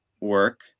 work